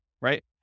right